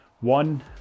one